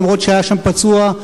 אף-על-פי שהיה שם פצוע,